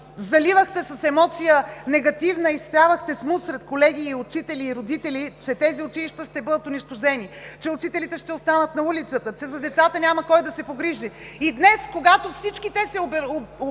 заливахте с негативна емоция и всявахте смут сред колеги, учители и родители, че тези училища ще бъдат унищожени; че учителите ще останат на улицата; че за децата няма кой да се погрижи. Днес, когато всички те се убедиха,